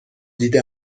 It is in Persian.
دیده